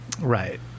Right